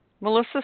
Melissa